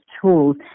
tools